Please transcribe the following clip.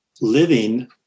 living